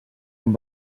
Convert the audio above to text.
amb